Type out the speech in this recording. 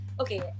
Okay